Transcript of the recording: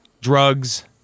Drugs